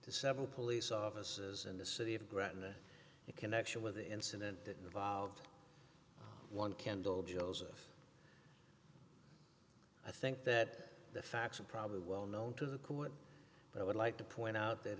to several police offices in the city of gretna connection with the incident that involved one kendall joseph i think that the facts and probably won't known to the court but i would like to point out that